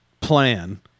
plan